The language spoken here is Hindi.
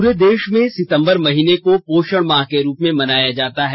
पूरे देश में सितंबर महीने को पोषण माह के रूप में मनाया जाता है